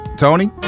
Tony